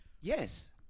yes